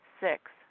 Six